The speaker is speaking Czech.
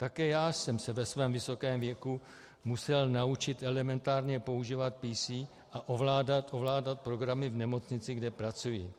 Také já jsem se ve svém vysokém věku musel naučit elementárně používat PC a ovládat programy v nemocnici, kde pracuji.